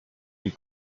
die